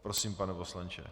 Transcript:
Prosím, pane poslanče.